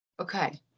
Okay